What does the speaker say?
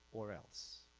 or else.